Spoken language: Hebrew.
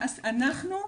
אז אנחנו,